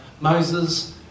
Moses